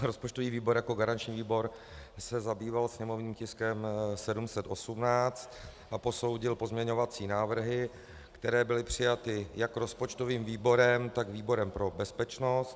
Rozpočtový výbor jako garanční výbor se zabýval sněmovním tiskem 718 a posoudil pozměňovací návrhy, které byly přijaty jak rozpočtovým výborem, tak výborem pro bezpečnost.